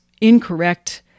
incorrect